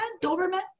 Doberman